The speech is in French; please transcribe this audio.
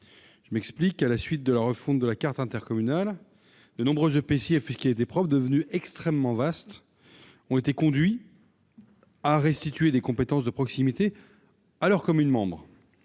de subsidiarité. À la suite de la refonte de la carte intercommunale, de nombreux EPCI à fiscalité propre, devenus extrêmement vastes, ont été conduits à restituer des compétences de proximité à leurs communes membres,